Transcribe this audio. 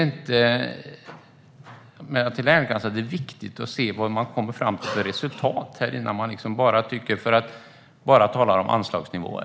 Det är viktigt att se på vilka resultat som kommer fram i stället för att bara tala om anslagsnivåer.